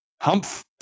Humph